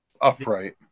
upright